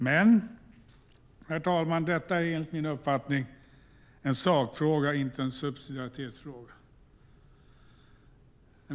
Men, herr talman, detta är enligt min uppfattning en sakfråga, inte en subsidiaritetsfråga.